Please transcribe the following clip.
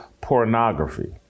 pornography